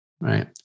right